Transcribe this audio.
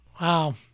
wow